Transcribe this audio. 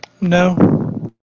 No